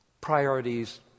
Priorities